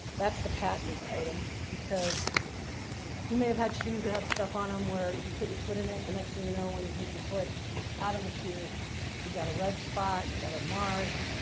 that's the patent item. because you may have had shoes that have stuff on them um where if you put your foot in it, the next thing you know when you take your foot out of the shoe you've got a red spot. you got a mark.